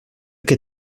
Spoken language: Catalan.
qui